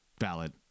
Valid